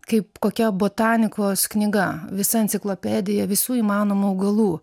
kaip kokia botanikos knyga visa enciklopediją visų įmanomų augalų